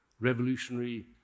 revolutionary